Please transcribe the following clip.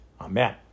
Amen